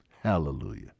Hallelujah